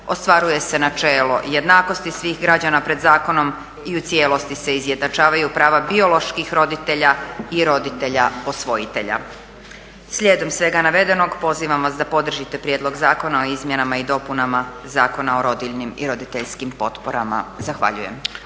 ostvaruje se načelo jednakosti svih građana pred zakonom i u cijelosti se izjednačavaju prava bioloških roditelja i roditelja posvojitelja. Slijedom svega navedenog pozivam vas da podržite Prijedlog zakona o izmjenama i dopunama Zakona o rodiljnim i roditeljskim potporama. Zahvaljujem.